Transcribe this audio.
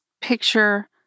picture